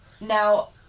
Now